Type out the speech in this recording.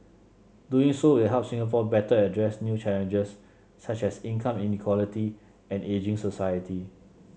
doing so will help Singapore better address new challenges such as income inequality and ageing society